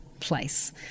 place